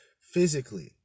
physically